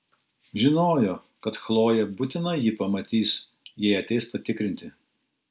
žinojo kad chlojė būtinai jį pamatys jei ateis patikrinti